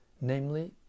namely